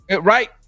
Right